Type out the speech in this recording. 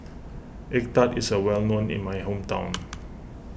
Egg Tart is a well known in my hometown